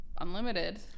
unlimited